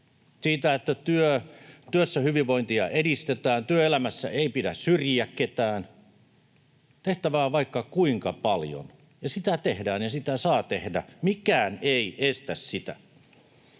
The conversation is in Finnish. siitä, että työhyvinvointia edistetään, työelämässä ei pidä syrjiä ketään. Tehtävää on vaikka kuinka paljon, ja sitä tehdään, ja sitä saa tehdä. Mikään ei estä sitä.